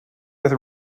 with